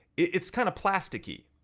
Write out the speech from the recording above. it's kind of plasticky.